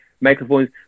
microphones